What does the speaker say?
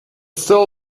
still